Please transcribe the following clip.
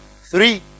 Three